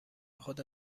خدا